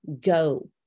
go